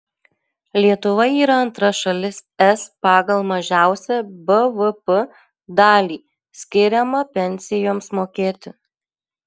lietuva yra antra šalis es pagal mažiausią bvp dalį skiriamą pensijoms mokėti